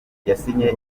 yasinye